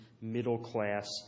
middle-class